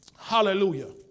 Hallelujah